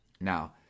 now